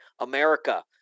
America